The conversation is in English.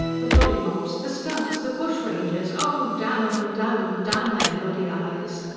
the dolly mops! the skunks! the bushrangers oh, damn em, damn em. damn their bloody eyes!